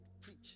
preach